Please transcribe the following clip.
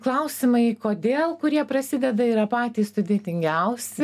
klausimai kodėl kurie prasideda yra patys sudėtingiausi